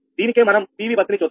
దీనికే మనం PV bus ని చూద్దాం